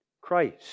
Christ